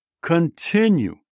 continue